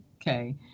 okay